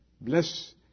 Bless